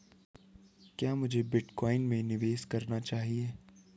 क्या मुझे बिटकॉइन में निवेश करना चाहिए?